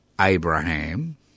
Abraham